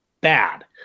bad